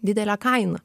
didelė kaina